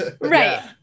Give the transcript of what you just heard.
Right